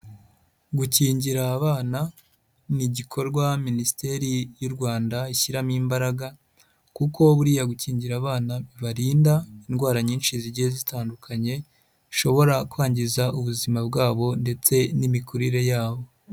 Gukingira abana ni igikorwa minisiteri y'u Rwanda ishyiramo imbaraga kuko buriya gukingira abana bibarinda indwara nyinshi zigiye zitandukanye, zishobora kwangiza ubuzima bwabo ndetse n'imikurire yabo.